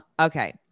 Okay